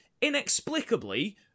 inexplicably